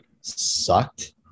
sucked